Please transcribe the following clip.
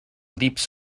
leaps